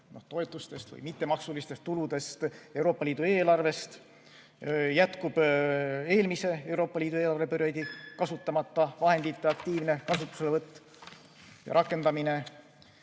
toetustest või mittemaksulistest tuludest Euroopa Liidu eelarvest. Jätkub eelmisel Euroopa Liidu eelarveperioodil kasutamata jäänud vahendite aktiivne kasutuselevõtt ja rakendamine